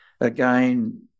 again